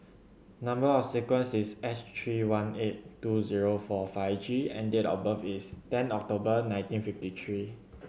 number or sequence is S three one eight two zero four five G and date of birth is ten October nineteen fifty three